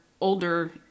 older